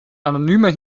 anonymer